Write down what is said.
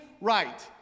right